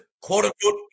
quote-unquote